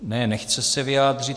Ne, nechce se vyjádřit.